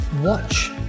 watch